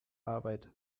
arbeit